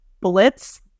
blitz